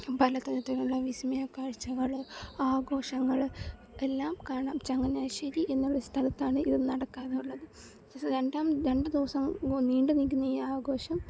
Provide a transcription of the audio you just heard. പല തരത്തിലുള്ള വിസ്മയ കാഴ്ചകള് ആഘോഷങ്ങള് എല്ലാം കാണാം ചങ്ങനാശ്ശേരി എന്ന ഒരു സ്ഥലത്താണ് ഇത് നടക്കാറുള്ളത് രണ്ടാം രണ്ടു ദിവസം മു നീണ്ടുനില്ക്കുന്ന ഈ ആഘോഷം